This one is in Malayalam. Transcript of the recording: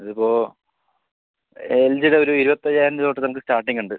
അതിപ്പോൾ എൽ ജിടെയൊരു ഇരുപത്തയ്യായിരം രൂപ തൊട്ട് നമുക്ക് സ്റ്റാർട്ടിങ് ഉണ്ട്